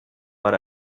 but